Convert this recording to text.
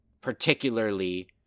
particularly